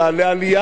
לעלייה,